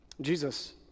Jesus